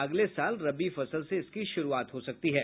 अगले साल रबी फसल से इसकी शुरूआत हो सकती है